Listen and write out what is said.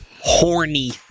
horny